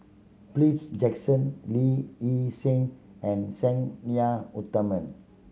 Philips Jackson Lee Hee Seng and Sang Nila Utama